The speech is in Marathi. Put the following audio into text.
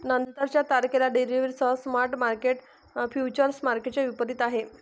नंतरच्या तारखेला डिलिव्हरीसह स्पॉट मार्केट फ्युचर्स मार्केटच्या विपरीत आहे